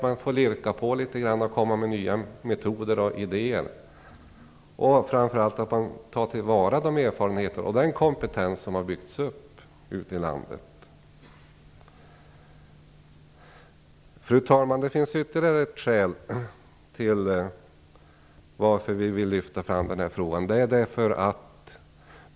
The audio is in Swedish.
Man får lirka litet grand och komma med nya metoder och idéer. Man måste framför allt ta till vara de erfarenheter och den kompetens som har byggts upp ute i landet. Fru talman! Det finns ytterligare ett skäl till att vi vill lyfta fram denna fråga.